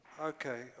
Okay